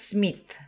Smith